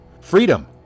freedom